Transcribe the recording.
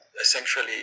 essentially